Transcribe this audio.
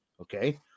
Okay